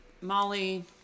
Molly